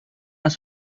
las